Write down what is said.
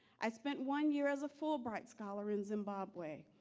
i spent one year as a fulbright scholar in zimbabwe,